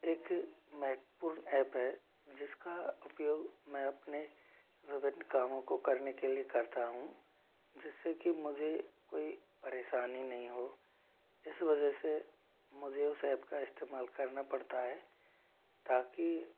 एक महत्वपूर्ण ऐप है जिसका उपयोग मैं अपने विभिन्न कामों को करने के लिए करता हूँ जिससे कि मुझे कोई परेशानी नहीं हो इस वजह से मुझे उस ऐप का इस्तेमाल करना पड़ता है ताकि